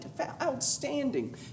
outstanding